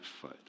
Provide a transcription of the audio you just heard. foot